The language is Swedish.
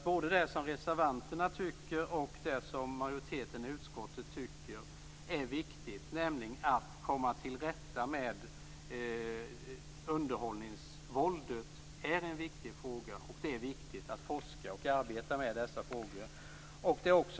Både det som reservanterna tycker och det som majoriteten i utskottet tycker är viktigt, nämligen att komma till rätta med underhållningsvåldet, att det är en viktig fråga och att det är viktigt att forska och arbeta kring detta.